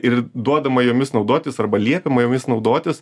ir duodama jomis naudotis arba liepiama jomis naudotis